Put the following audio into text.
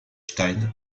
stein